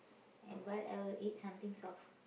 and what I will eat something soft